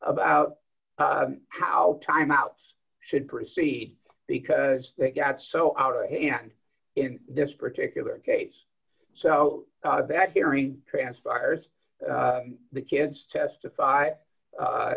about how time outs should proceed because they get so out of hand in this particular case so that hearing transpires the kids testify